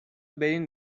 برین